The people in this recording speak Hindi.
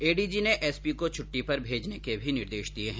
एडीजी ने एसपी को छट्टी पर भेजने के भी निर्देश दिए है